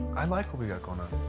i like what we got going on.